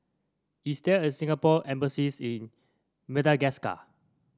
is there a Singapore Embassy in Madagascar